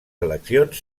eleccions